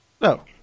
No